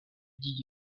dis